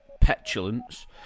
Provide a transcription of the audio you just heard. Petulance